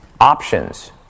options